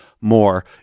more